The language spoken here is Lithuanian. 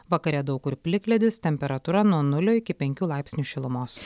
vakare daug kur plikledis temperatūra nuo nulio iki penkių laipsnių šilumos